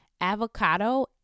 avocado